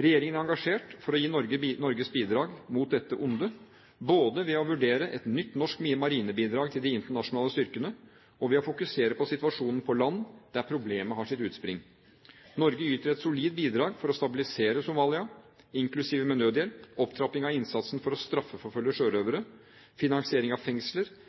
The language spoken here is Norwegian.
Regjeringen er engasjert for å gi Norges bidrag mot dette ondet, både ved å vurdere et nytt norsk marinebidrag til de internasjonale styrkene og ved å fokusere på situasjonen på land, der problemet har sitt utspring. Norge yter et solid bidrag for å stabilisere Somalia, inklusiv med nødhjelp, opptrapping av innsatsen for å straffeforfølge sjørøvere, finansiering av fengsler